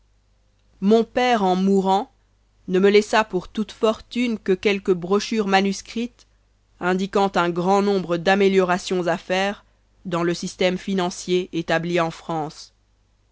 mon père en mourant ne me laissa pour toute fortune que quelques brochures manuscrites indiquant un grand nombre d'améliorations à faire dans le système financier établi en france